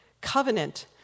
Covenant